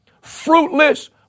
fruitless